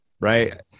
right